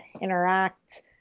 interact